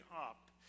up